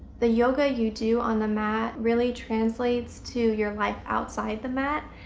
the yoga you do on the mat really translates to your life outside the mat.